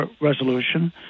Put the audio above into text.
Resolution